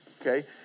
okay